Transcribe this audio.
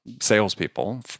salespeople